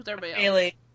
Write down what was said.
Bailey